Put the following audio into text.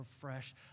fresh